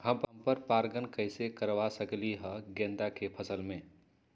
हम पर पारगन कैसे करवा सकली ह गेंदा के फसल में?